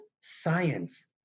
science